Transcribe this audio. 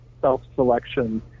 self-selection